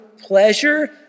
pleasure